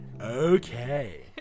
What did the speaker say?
Okay